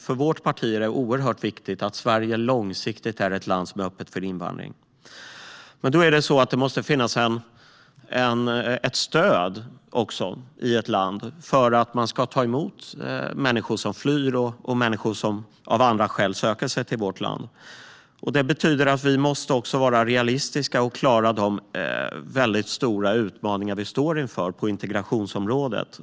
För vårt parti är det oerhört viktigt att Sverige långsiktigt är ett sådant land. Det måste finnas stöd för att man ska ta emot människor som flyr och som av andra skäl söker sig till vårt land. Detta betyder att vi måste vara realistiska och klara de stora utmaningar som vi står inför på integrationsområdet.